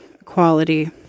equality